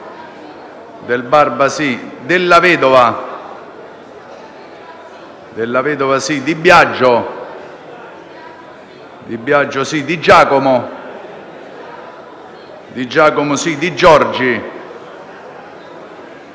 Del Barba, Della Vedova, Di Biagio, Di Giacomo, Di Giorgi,